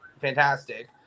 fantastic